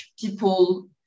people